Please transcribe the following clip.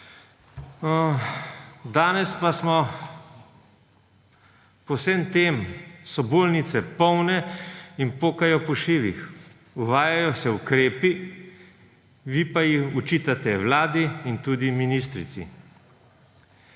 Danes pa so po vsem bolnice polne in pokajo po šivih, uvajajo se ukrepi, vi pa očitate vladi in tudi ministrici.